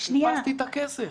חיפשתי את הכסף,